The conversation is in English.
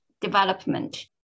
development